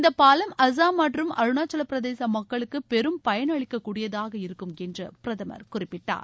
இந்த பாவம் அஸ்ஸாம் மற்றும் அருணாச்சவப்பிரதேச மக்களுக்கு பெரும் பயன் அளிக்கக்கூடியதாக இருக்கும் என்று பிரதமர் குறிப்பிட்டார்